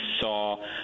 saw